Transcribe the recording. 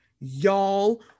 y'all